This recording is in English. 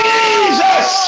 Jesus